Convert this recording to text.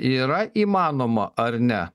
yra įmanoma ar ne